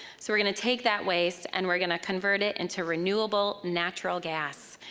so we're gonna take that waste and we're gonna convert it into renewable natural gas.